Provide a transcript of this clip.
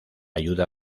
ayuda